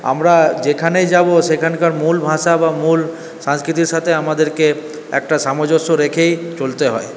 আমরা যেখানেই যাব সেখানকার মূল ভাষা বা মূল সাংস্কৃতির সাথে আমাদেরকে একটা সামঞ্জস্য রেখেই চলতে হয়